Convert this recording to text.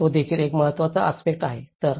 तर तो देखील एक महत्त्वाचा आस्पेक्ट आहे